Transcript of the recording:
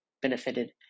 benefited